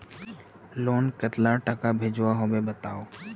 Loan कतला टाका भेजुआ होबे बताउ?